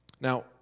Now